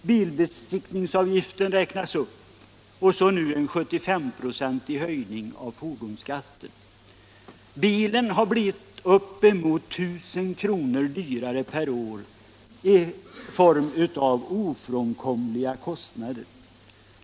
Bilbesiktningsavgiften räknas upp, och så kommer nu en 7S5-procentig höjning av fordonsskatten. Bilen har blivit upp emot 1 000 kr. dyrare per år genom ofrånkomliga kostnader.